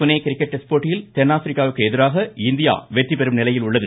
Pune cricket test போட்டியில் தென்னாப்பிரிக்காவிற்கு எதிராக இந்தியா வெற்றி பெறும் நிலையில் உள்ளது